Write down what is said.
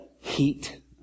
heat